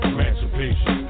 Emancipation